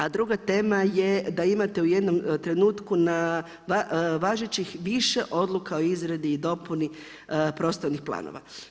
A druga tema je da imate u jednom trenutku važećih više odluka o izradi i dopuni prostornih planova.